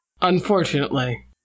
Unfortunately